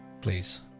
please